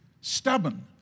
stubborn